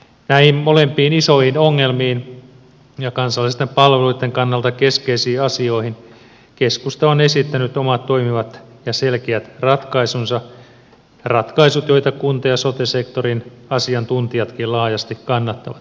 näihin molempiin isoihin ongelmiin ja kansallisten palveluitten kannalta keskeisiin asioihin keskusta on esittänyt omat toimivat ja selkeät ratkaisunsa ratkaisut joita kunta ja sote sektorin asiantuntijatkin laajasti kannattavat